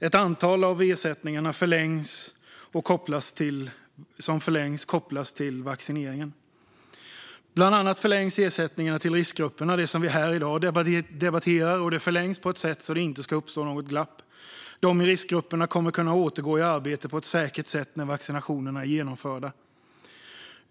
Ett antal av de ersättningar som förlängs kopplas till vaccineringen. Bland annat förlängs ersättningarna till riskgrupperna, det som vi här i dag debatterar, och de förlängs på ett sätt så att det inte ska uppstå något glapp. Personer i riskgrupperna kommer att kunna återgå i arbete på ett säkert sätt när vaccinationerna är genomförda.